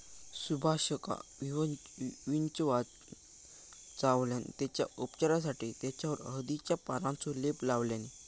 सुभाषका विंचवान चावल्यान तेच्या उपचारासाठी तेच्यावर हळदीच्या पानांचो लेप लावल्यानी